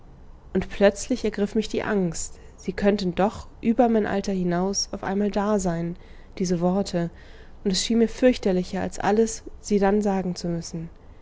und plötzlich ergriff mich die angst sie könnten doch über mein alter hinaus auf einmal da sein diese worte und es schien mir fürchterlicher als alles sie dann sagen zu müssen